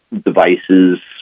devices